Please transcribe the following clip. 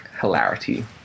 hilarity